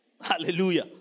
Hallelujah